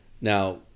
now